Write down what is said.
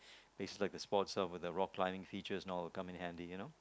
places like the Sports Hub with the rock climbing feature and all will come in handy you know